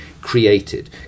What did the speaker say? created